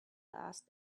asked